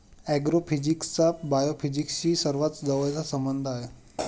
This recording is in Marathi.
ऍग्रोफिजिक्सचा बायोफिजिक्सशी सर्वात जवळचा संबंध आहे